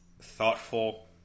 thoughtful